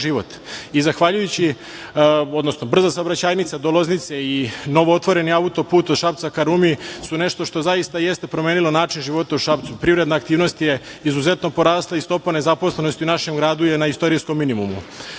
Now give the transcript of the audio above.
za život. Brza saobraćajnica do Loznice i novo otvoreni auto-put od Šapca ka Rumi su nešto što zaista jeste promenilo način života u Šapcu. Privredna aktivnost je izuzetno porasla i stopa nezaposlenosti u našem gradu je na istorijskom minimumu.